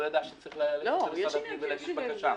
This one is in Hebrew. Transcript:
לא ידע שצריך ללכת למשרד הפנים ולהגיש בקשה.